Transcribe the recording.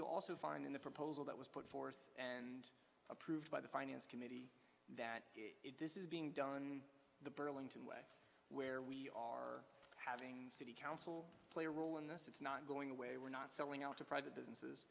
you also find in the proposal that was put forth and approved by the finance committee that it this is being done the burlington way where we are having the city council play a role in this it's not going away we're not selling out to private business